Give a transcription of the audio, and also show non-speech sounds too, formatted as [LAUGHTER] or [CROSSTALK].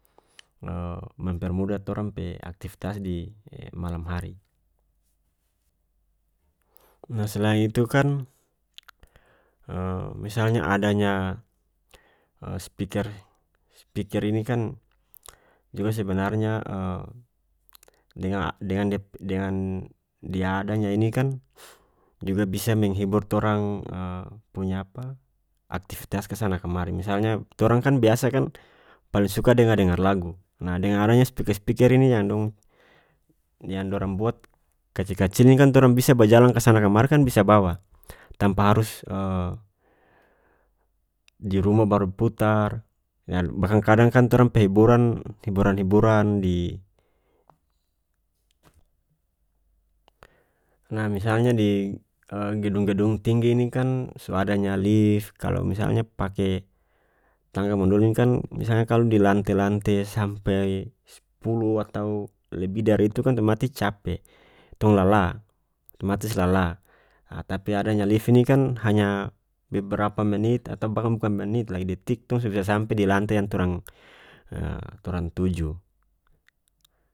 [HESITATION] mempermudah torang pe aktifitas di [HESITATION] malam hari nah selain itu kan [HESITATION] misalnya adanya [HESITATION] spiker- spiker ini kan juga sebenarnya [HESITATION] dengan dep- dengan dia adanya ini kan juga bisa menghibur torang [HESITATION] punya apa aktifitas kasana kamari misalnya torang kan biasa kan paling suka dengar-dengar lagu nah dengan adanya spiker-spiker ini yang dong yang dorang buat kacil-kacil ini kan torang bisa bajalang kasana kamari kan bisa bawa tampa harus [HESITATION] di rumah baru putar [UNINTELLIGIBLE] bahkan kadang kan torang pe hiburan- hiburan-hiburan di nah misalnya di [HESITATION] gedung-gedung tinggi ini kan so adanya lif kalu misalnya pake tangga manual ini kan misalnya kalu di lantai-lantai sampe spuluh atau lebih dari itu kan otomatis cape tong lalah otomatis lalah ah tapi adanya lif ini kan hanya beberapa menit atau bahkan bukan menit lagi detik tong so bisa sampe di lantai yang torang [HESITATION] torang tuju.